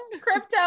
Crypto